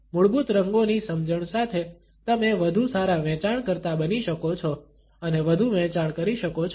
મૂળભૂત રંગોની સમજણ સાથે તમે વધુ સારા વેંચાણકર્તા બની શકો છો અને વધુ વેચાણ કરી શકો છો